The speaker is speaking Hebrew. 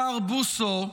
השר בוסו,